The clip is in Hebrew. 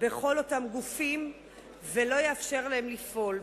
בכל אותם גופים ולא תאפשר להם לפעול.